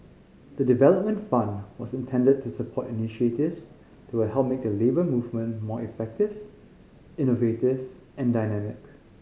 the development fund was intended to support initiatives that will help make the Labour Movement more effective innovative and dynamic